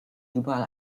überall